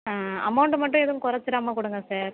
ஆ அமௌன்ட்டை மட்டும் எதுவும் குறச்சிடாம கொடுங்க சார்